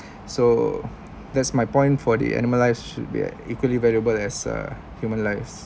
so that's my point for the animal lives should be equally valuable as a human lives